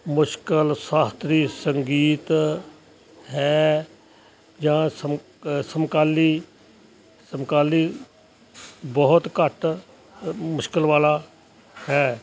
ਮੁਸ਼ਕਲ ਸ਼ਾਸਤਰੀ ਸੰਗੀਤ ਹੈ ਜਾਂ ਸਮ ਸਮਕਾਲੀ ਸਮਕਾਲੀ ਬਹੁਤ ਘੱਟ ਮੁਸ਼ਕਲ ਵਾਲਾ ਹੈ